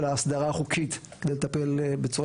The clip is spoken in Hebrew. ההסדרה החוקית כדי לטפל בצורה יותר מוסמכת.